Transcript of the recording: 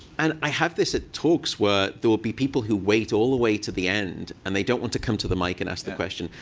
and i have this at talks where there will be people who wait all the way to the end, and they don't want to come to the mic and ask the question.